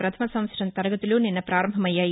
ప్రథమ సంవత్సరం తరగతులు నిన్న ప్రారంభమైనాయి